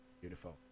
beautiful